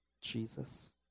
Jesus